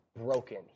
broken